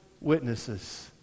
witnesses